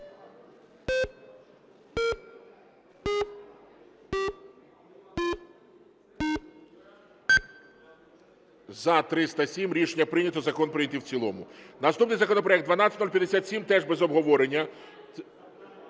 За-307 Рішення прийнято. Закон прийнятий в цілому. Наступний законопроект 12057 теж без обговорення.